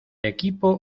equipo